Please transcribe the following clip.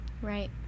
Right